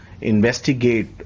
investigate